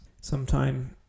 sometime